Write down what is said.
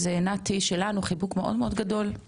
אז נתי שלנו, חיבוק מאוד מאוד גדול.